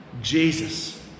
Jesus